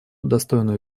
достойную